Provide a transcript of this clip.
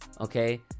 okay